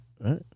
Right